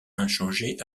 inchangée